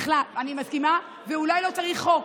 בכלל, אני מסכימה, אולי לא צריך חוק,